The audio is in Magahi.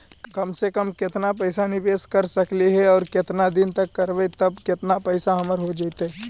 कम से कम केतना पैसा निबेस कर सकली हे और केतना दिन तक करबै तब केतना पैसा हमर हो जइतै?